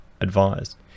advised